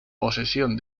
posesión